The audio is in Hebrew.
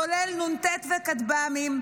כולל נ"ט וכטב"מים,